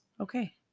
Okay